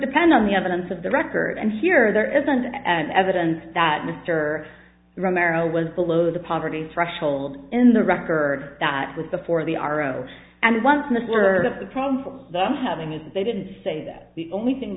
depend on the evidence of the record and here there as and evidence that mr romero was below the poverty threshold in the right for that with the for the r o and once in the word of the problem for them having it they didn't say that the only thing